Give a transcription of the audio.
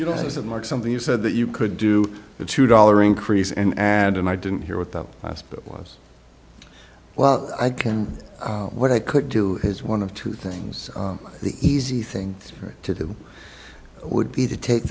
mark something you said that you could do a two dollar increase and and and i didn't hear what the last bit was well i can what i could do is one of two things the easy thing to do would be to take